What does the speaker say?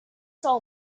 soul